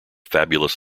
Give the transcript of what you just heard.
fabulous